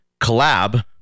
collab